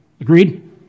Agreed